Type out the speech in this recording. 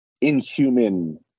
inhuman